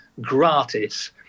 gratis